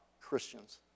Christians